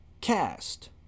cast